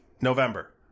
november